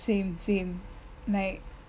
same same like